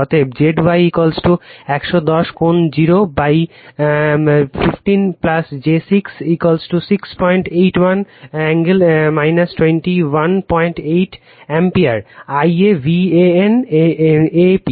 অতএব Zy 110 কোণ 0 by 15 j 6 681 কোণ 218o অ্যাম্পিয়ারে Ia ভ্যান আপ